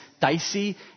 dicey